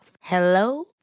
Hello